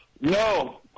No